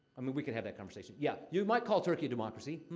i mean, we could have that conversation. yeah, you might call turkey a democracy.